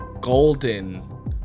golden